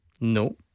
No